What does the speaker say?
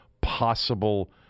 possible